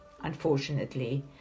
unfortunately